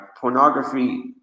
pornography